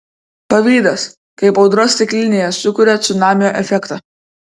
pavydas kaip audra stiklinėje sukuria cunamio efektą